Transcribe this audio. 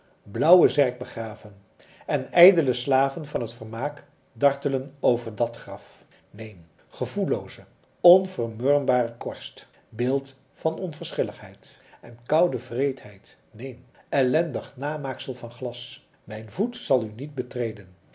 blauwe zerk begraven en ijdele slaven van het vermaak dartelen over dat graf neen gevoellooze onvermurwbare korst beeld van onverschilligheid en koude wreedheid neen ellendig namaaksel van glas mijn voet zal u niet betreden